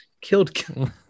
Killed